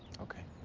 okay.